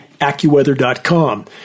AccuWeather.com